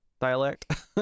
dialect